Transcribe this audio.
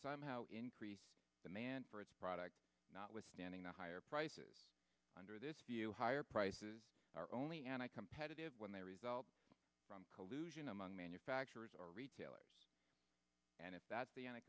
somehow increase demand for its product notwithstanding the higher prices under this view higher prices are only anti competitive when they result from collusion among manufacturers or retailers and if that's the end of